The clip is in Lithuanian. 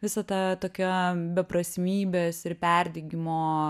visą tą tokią beprasmybės ir perdegimo